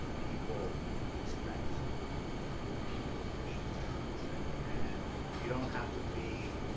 people expect you to be proficient at mixing, and you don't have to be,